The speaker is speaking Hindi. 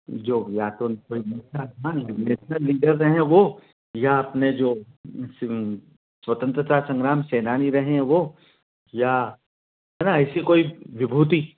जो या तो नेसनल लीडर रहें वह या अपने जो स्वतंत्रता संग्राम सैनानी रहें हैं वह या है ना ऐसी कोई विभूति